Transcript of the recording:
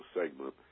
segment